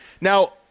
Now